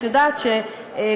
את יודעת שכאשר